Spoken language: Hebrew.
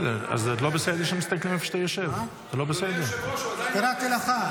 אדוני היושב-ראש, הוא עדיין לועס.